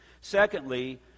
Secondly